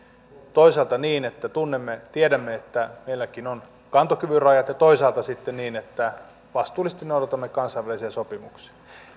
toisaalta niin että tunnemme tiedämme että meilläkin on kantokyvyn rajat ja toisaalta sitten niin että vastuullisesti noudatamme kansainvälisiä sopimuksia